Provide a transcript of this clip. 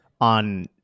on